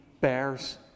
bears